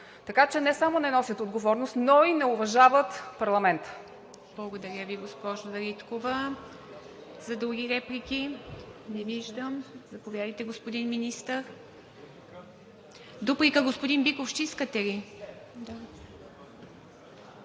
Така че не само не носят отговорност, но и не уважават парламента.